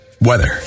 weather